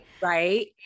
Right